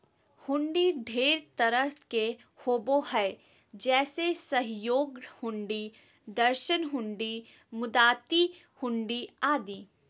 हुंडी ढेर तरह के होबो हय जैसे सहयोग हुंडी, दर्शन हुंडी, मुदात्ती हुंडी आदि